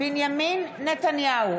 בנימין נתניהו,